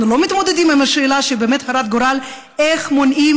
אנחנו לא מתמודדים עם השאלה הרת הגורל איך מונעים